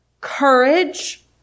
courage